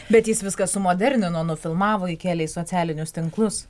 bet jis viską sumodernino nufilmavo įkėlė į socialinius tinklus